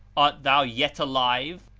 art thou yet alive?